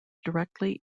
directly